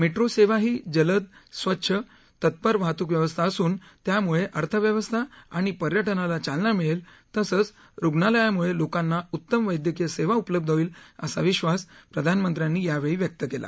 metro सेवाही जलद स्वच्छ तत्पर वाहतूक व्यवस्था असून त्याम्ळे अर्थव्यवस्था आणि पर्यटनाला चालना मिळेल तसंच रुग्णालयामुळे लोकांना उत्तम वैद्यकीय सेवा उपलब्ध होईल असा विश्वास प्रधानमंत्र्यांनी यावेळी व्यक्त केला